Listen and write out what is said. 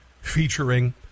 featuring